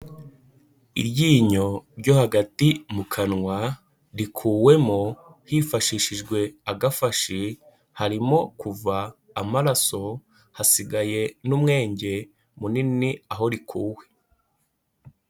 Iryinyo ryo hagati mu kanwa rikuwemo hifashishijwe agafashi, harimo kuva amaraso, hasigaye n'umwenge munini aho rikuwe.